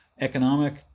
economic